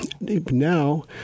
Now